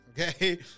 Okay